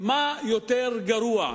מה יותר גרוע,